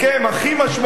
הכי משמעותי,